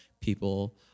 people